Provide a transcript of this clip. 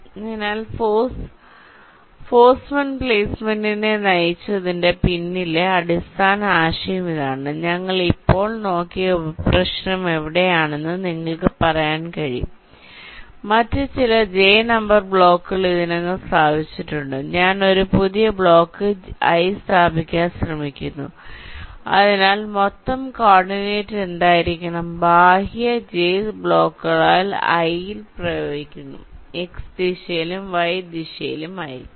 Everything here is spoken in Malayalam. അതിനാൽ ഫോഴ്സ്മെന്റ് പ്ലേസ്മെന്റിനെ നയിച്ചതിന്റെ പിന്നിലെ അടിസ്ഥാന ആശയം ഇതാണ് ഞങ്ങൾ ഇപ്പോൾ നോക്കിയ ഉപപ്രശ്നം എവിടെയാണെന്ന് നിങ്ങൾക്ക് പറയാൻ കഴിയും മറ്റ് ചില j നമ്പർ ബ്ലോക്കുകൾ ഇതിനകം സ്ഥാപിച്ചിട്ടുണ്ട് ഞാൻ ഒരു പുതിയ ബ്ലോക്ക് i സ്ഥാപിക്കാൻ ശ്രമിക്കുന്നു അതിനാൽ മൊത്തം കോർഡിനേറ്റ് എന്തായിരിക്കണം ബാഹ്യ j ബ്ലോക്കുകളാൽ i ൽ പ്രയോഗിക്കുന്നു x ദിശയിലും y ദിശയിലും 0 ആയിരിക്കും